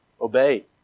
Obey